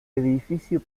edificio